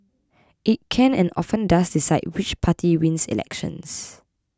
it can and often does decide which party wins elections